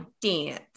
dance